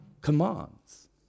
commands